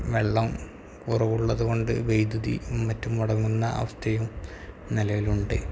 വെള്ളം കുറവുള്ളതുകൊണ്ട് വൈദ്യുതിയും മറ്റും മുടങ്ങുന്ന അവസ്ഥയും നിലവിലുണ്ട്